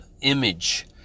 image